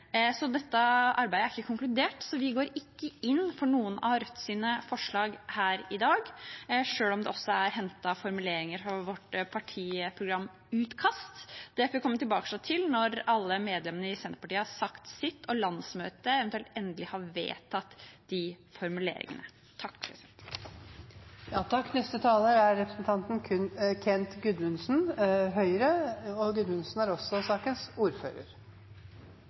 Dette arbeidet er ikke konkludert, så vi går ikke inn for noen av Rødts forslag her i dag, selv om det også er hentet formuleringer fra vårt partiprogramutkast. Dette får vi komme tilbake til når alle medlemmene i Senterpartiet har sagt sitt og landsmøtet eventuelt endelig har vedtatt disse formuleringene. Å høre representanten Moxnes med sin kommunistiske ideologi stå her og ha en vendetta mot private, og der man ønsker en ensretting av barnehagesektoren, er